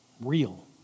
real